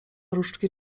różdżki